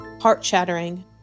heart-shattering